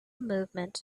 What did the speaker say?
movement